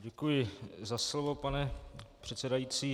Děkuji za slovo, pane předsedající.